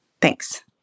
Thanks